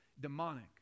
demonic